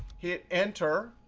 hit enter,